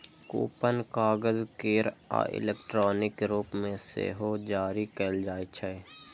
coupon कागज केर आ इलेक्ट्रॉनिक रूप मे सेहो जारी कैल जाइ छै